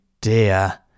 dear